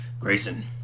Grayson